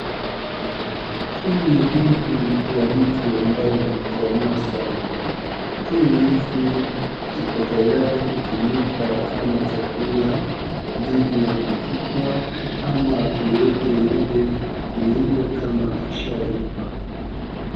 Hii ni ndizi ya mtu ambaye imekoma sana, hii ndizi iko tayari kutumika kama chakula, ndizi ya kupikwa ama iwekwe iive kuliwa kama ishaiva.